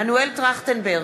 מנואל טרכטנברג,